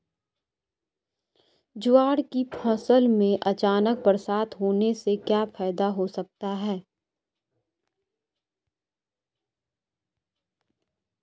ज्वार की फसल में अचानक बरसात होने से क्या फायदा हो सकता है?